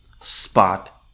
spot